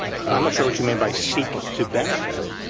i'm not sure what you mean by seek to benefit.